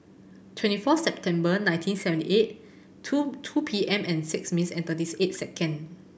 twenty four September nineteen seventy eight two two P M and six minutes and thirties eight second